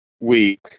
week